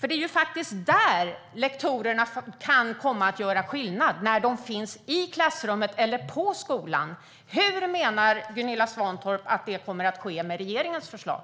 Det är ju faktiskt i klassrummet eller på skolan som lektorerna kan komma att göra skillnad. Hur menar Gunilla Svantorp att detta kommer att ske med regeringens förslag?